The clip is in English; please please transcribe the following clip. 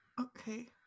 Okay